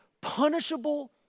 punishable